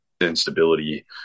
instability